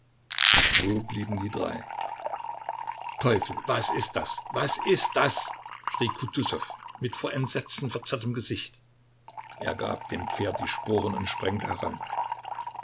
wo blieben die drei teufel was ist das was ist das schrie kutusow mit vor entsetzen verzerrtem gesicht er gab dem pferd die sporen und sprengte heran